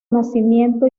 nacimiento